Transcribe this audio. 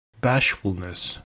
Bashfulness